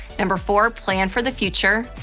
number four, plan for the future.